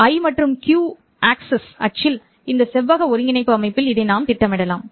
I மற்றும் q அச்சில் இந்த செவ்வக ஒருங்கிணைப்பு அமைப்பில் இதை நான் திட்டமிடலாம்